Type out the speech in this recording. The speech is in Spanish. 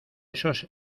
esos